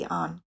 on